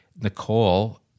Nicole